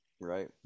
Right